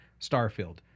Starfield